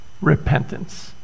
Repentance